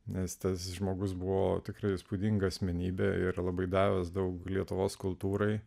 nes tas žmogus buvo tikrai įspūdinga asmenybė yra labai davęs daug lietuvos kultūrai